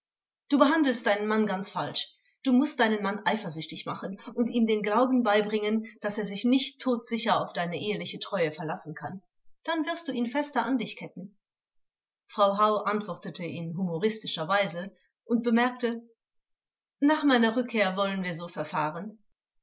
du behandelst deinen mann ganz falsch du mußt deinen mann eifersüchtig machen und ihm den glauben beibringen daß er sich nicht todsicher auf deine eheliche treue verlassen kann dann wirst du ihn fester an dich ketten frau hau antwortete in humoristischer weise und bemerkte nach meiner rückkehr wollen wir so verfahren